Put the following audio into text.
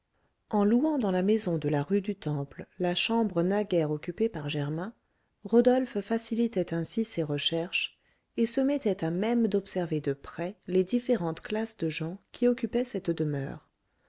en louant dans la maison de la rue du temple la chambre naguère occupée par germain rodolphe facilitait ainsi ses recherches et se mettait à même d'observer de près les différentes classes de gens qui occupaient cette demeure